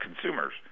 consumers